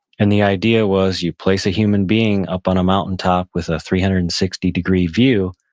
and the idea was you place a human being up on a mountaintop with a three hundred and sixty degree view,